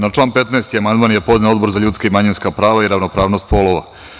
Na član 15. amandman je podneo Odbor za ljudska i manjinska prava i ravnopravnost polova.